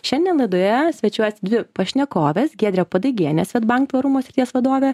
šiandien laidoje svečiuojasi dvi pašnekovės giedrė padaigienė swedbank tvarumo srities vadovė